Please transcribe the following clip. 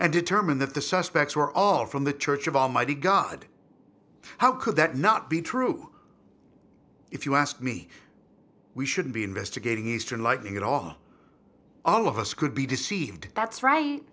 and determine that the suspects were all from the church of almighty god how could that not be true if you ask me we should be investigating eastern like here are all of us could be deceived that's right